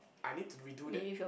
I need to redo that